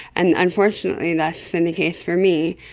and unfortunately that has been the case for me.